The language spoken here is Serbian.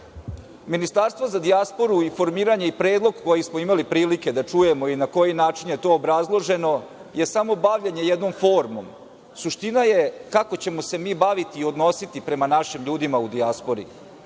rade. Ministarstvo za dijasporu i formiranje i predlog, koji smo imali prilike da čujemo i na koji način je to obrazloženo, je samo bavljenje jednom formom. Suština je kako ćemo se mi baviti i odnositi prema našim ljudima u dijaspori,